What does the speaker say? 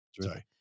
Sorry